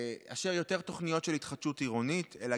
לאשר יותר תוכניות של התחדשות עירונית אלא